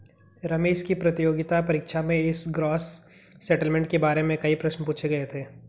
रमेश की प्रतियोगिता परीक्षा में इस ग्रॉस सेटलमेंट के बारे में कई प्रश्न पूछे गए थे